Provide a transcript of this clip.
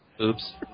Oops